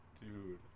Dude